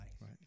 right